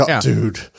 dude